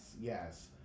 yes